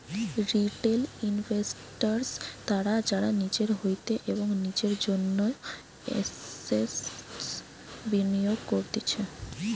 retail investors তারা যারা নিজের হইতে এবং নিজের জন্য এসেটস বিনিয়োগ করতিছে